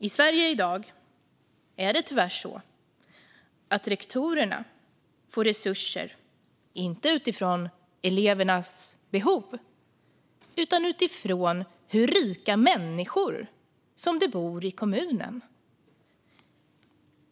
I Sverige i dag är det tyvärr så att rektorerna inte får resurser utifrån elevernas behov utan utifrån hur rika människor det bor i kommunen.